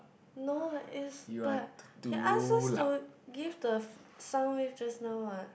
no is but he ask us to give the sound wave just now what